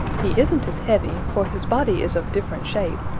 he isn't as heavy, for his body is of different shape,